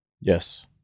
Yes